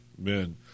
Amen